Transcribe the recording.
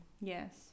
yes